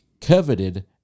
coveted